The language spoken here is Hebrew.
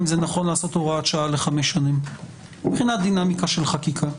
האם זה נכון לעשות הוראת שעה לחמש שנים מבחינת דינמיקה של חקיקה.